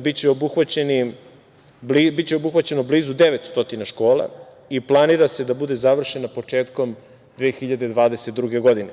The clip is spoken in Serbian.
biće obuhvaćeno blizu 900 škola i planira se da bude završena početkom 2022. godine.